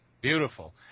Beautiful